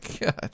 God